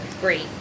great